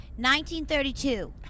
1932